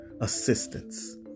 assistance